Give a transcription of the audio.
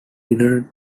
interred